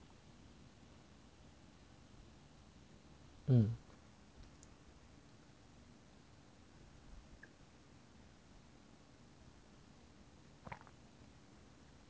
um